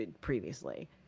previously